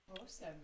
Awesome